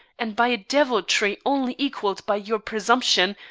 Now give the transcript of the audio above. and by a deviltry only equalled by your presumption,